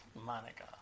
Monica